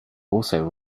also